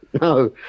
No